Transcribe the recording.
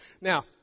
Now